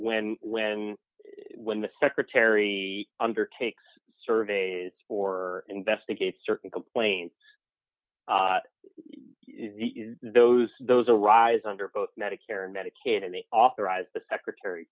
when when when the secretary undertakes surveys for investigates certain complaints those those arise under both medicare and medicaid and they authorize the secretary